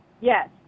Yes